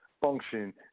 function